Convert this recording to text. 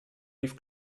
leaf